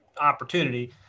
opportunity